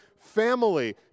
Family